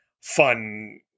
fun